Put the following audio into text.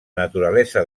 naturalesa